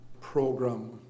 program